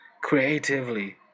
creatively